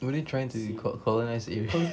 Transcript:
were they trying to co~ colonize area